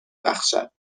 بخشد